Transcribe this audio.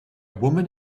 woman